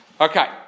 okay